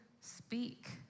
speak